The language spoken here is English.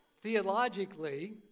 Theologically